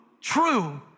true